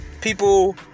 people